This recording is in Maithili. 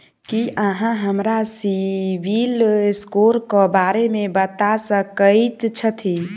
की अहाँ हमरा सिबिल स्कोर क बारे मे बता सकइत छथि?